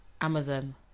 Amazon